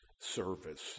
service